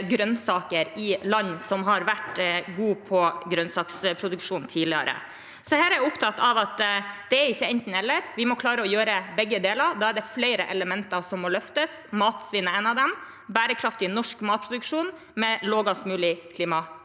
grønnsaker i land som har vært gode på grønnsaksproduksjon tidligere. Så her er jeg opptatt av at det ikke er enten–eller, vi må klare å gjøre begge deler. Da er det flere elementer som må løftes, som matsvinn og en bærekraftig norsk matproduksjon med lavest mulig klimaavtrykk.